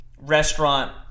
restaurant